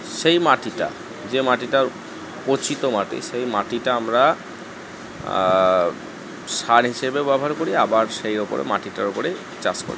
সেই মাটিটা যে মাটিটা পচিতো মাটি সেই মাটিটা আমরা সার হিসেবেও ব্যবহার করি আবার সেই ওপরে মাটিটার ওপরেই চাষ করি